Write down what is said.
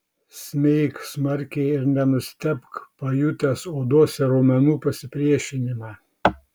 smeik smarkiai ir nenustebk pajutęs odos ir raumenų pasipriešinimą